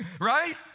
right